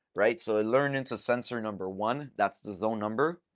right? so i learned into sensor number one. that's the zone number.